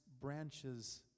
branches